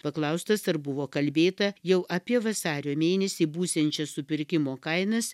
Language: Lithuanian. paklaustas ar buvo kalbėta jau apie vasario mėnesį būsiančias supirkimo kainas